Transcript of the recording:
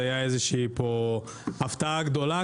זה היה הפתעה גדולה,